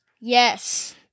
Yes